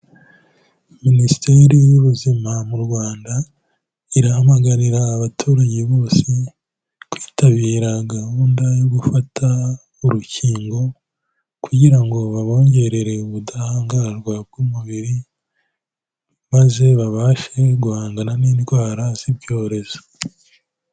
Minisiteri y'ubuzima mu Rwanda irahamagarira abaturage bose kwitabira gahunda yo gufata urukingo, kugira ngo babongerere ubudahangarwa bw'umubiri maze babashe guhangana n'indwara z'ibyorezo.